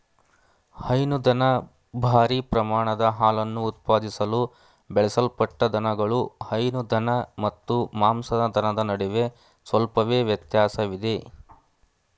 ಹೈನುದನ ಭಾರೀ ಪ್ರಮಾಣದ ಹಾಲನ್ನು ಉತ್ಪಾದಿಸಲು ಬೆಳೆಸಲ್ಪಟ್ಟ ದನಗಳು ಹೈನು ದನ ಮತ್ತು ಮಾಂಸದ ದನದ ನಡುವೆ ಸ್ವಲ್ಪವೇ ವ್ಯತ್ಯಾಸವಿದೆ